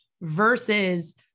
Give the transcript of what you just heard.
versus